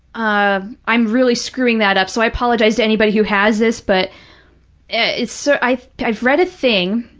um i'm really screwing that up, so i apologize to anybody who has this, but it's, so i've i've read a thing,